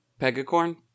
Pegacorn